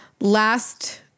last